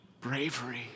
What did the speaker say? bravery